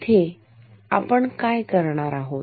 इथे आपण काय करणार आहोत